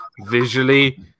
visually